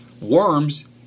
Worms